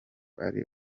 ari